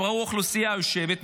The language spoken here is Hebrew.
הם ראו אוכלוסייה יושבת,